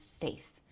faith